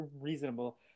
reasonable